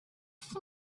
for